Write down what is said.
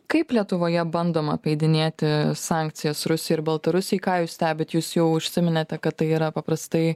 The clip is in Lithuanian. kaip lietuvoje bandoma apeidinėti sankcijas rusijai ir baltarusijai ką jūs stebit jūs jau užsiminėte kad tai yra paprastai